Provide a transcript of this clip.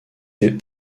est